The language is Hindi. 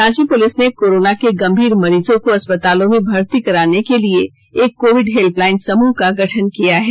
रांची पुलिस ने कोरोना के गंभीर मरीजों को अस्पतालों में भर्ती कराने के लिए एक कोविड हेल्पलाइन समुह का गठन किया है